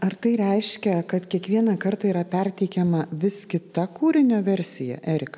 ar tai reiškia kad kiekvieną kartą yra perteikiama vis kita kūrinio versija erika